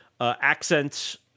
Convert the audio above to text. accents